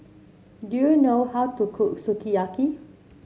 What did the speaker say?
do you know how to cook Sukiyaki